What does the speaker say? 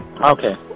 Okay